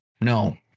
No